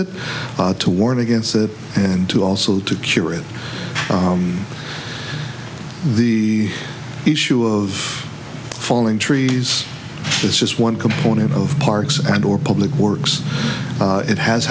it to warn against that and to also to cure it from the issue of falling trees is just one component of parks and or public works it has